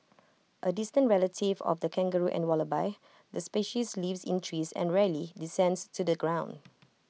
A distant relative of the kangaroo and wallaby the species lives in trees and rarely descends to the ground